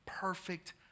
perfect